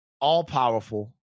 all-powerful